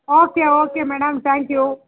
okay okay madam thank you